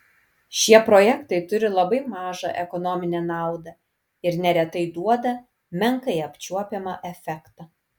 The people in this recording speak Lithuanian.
šie projektai turi labai mažą ekonominę naudą ir neretai duoda menkai apčiuopiamą efektą